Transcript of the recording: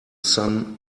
sun